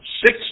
six